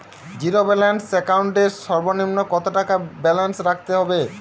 Zero balance account এর সর্বনিম্ন কত টাকা ব্যালেন্স রাখতে হবে?